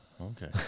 okay